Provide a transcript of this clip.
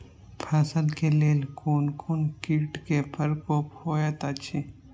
फसल के लेल कोन कोन किट के प्रकोप होयत अछि?